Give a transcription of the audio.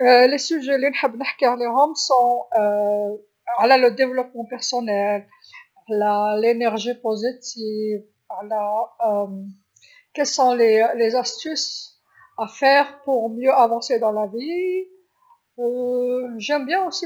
مواضيع لنحب نحكي عليهم هوما على تطور ذاتي على طاقه إيجابيه على واش هوما صوالح لديرهم باش تطور في دنيا و نحب ثاني نهدر هوايات، ثقافه،